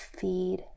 feed